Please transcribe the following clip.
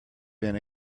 been